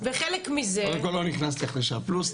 קודם כל, לא נכנסתי אחרי שעה פלוס.